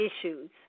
issues